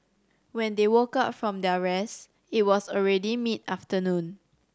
when they woke up from their rest it was already mid afternoon